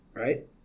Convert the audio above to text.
Right